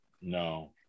No